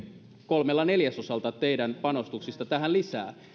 kolmella neljäsosalla teidän panostuksista tähän lisää